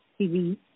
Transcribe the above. TV